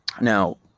Now